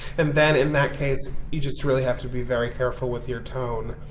and then, in that case, you just really have to be very careful with your tone.